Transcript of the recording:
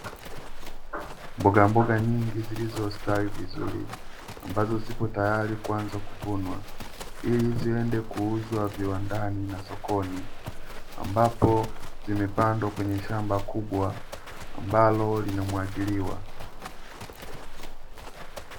Mbogamboga nyingi zilizostawi vizuri ambazo zipo tayari kuanza kuvunwa ili ziende kuuzwa viwandani na sokoni, ambapo zimepandwa kwenye shamba kubwa ambalo linamwagiliwa.